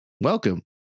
welcome